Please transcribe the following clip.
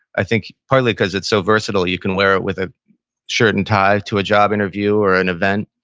i think partly because it's so versatile, you can wear it with a shirt and tie to a job interview or an event,